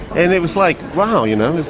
and it was like, wow you know?